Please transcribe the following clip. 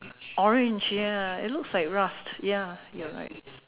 orange ya it looks like rust ya you're right